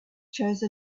chose